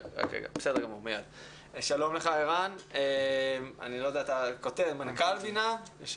שלום לך ערן, מנכ"ל בינ"ה.